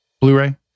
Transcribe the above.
Blu-ray